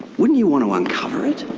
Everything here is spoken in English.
wouldn't you want to uncover it?